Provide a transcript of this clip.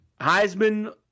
Heisman